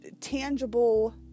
tangible